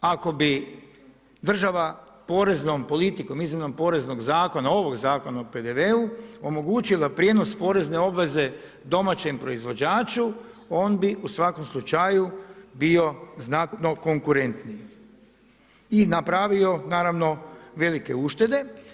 Ako bi država poreznom politikom, izmjenom poreznog zakona, ovog Zakona o PDV-u omogućila prijenos porezne obveze domaćem proizvođaču, on bi u svakom slučaju bio znatno konkurentniji i napravio naravno velike uštede.